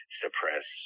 suppress